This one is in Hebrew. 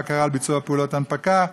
בקרה על ביצוע פעולות הנפקה,